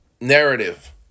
narrative